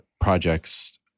projects